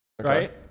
Right